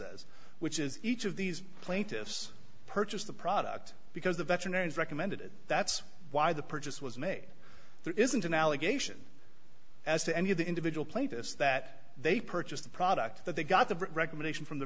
says which is each of these plaintiffs purchased the product because the veterinarians recommended it that's why the purchase was made there isn't an allegation as to any of the individual plaintiffs that they purchased the product that they got the recommendation from the